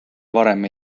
varem